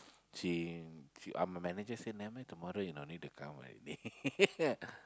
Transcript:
she uh my manager said tomorrow you don't need to come already